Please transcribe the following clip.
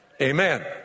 Amen